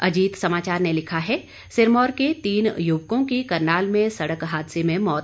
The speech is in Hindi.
अजीत समाचार ने लिखा है सिरमौर के तीन युवकों की करनाल में सड़क हादसे में मौत